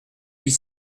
huit